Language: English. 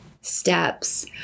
steps